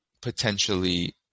potentially